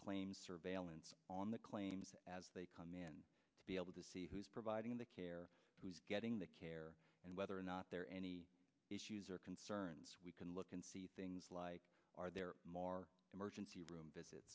claims surveillance on the claims as they come in to be able to see who's providing the care who's getting the care and whether or not there are any issues or concerns we can look in see things like are there more emergency room visit